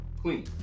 Queen